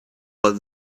but